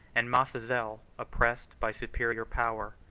and mascezel, oppressed by superior power,